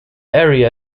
area